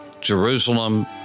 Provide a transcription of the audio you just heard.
Jerusalem